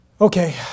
Okay